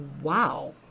wow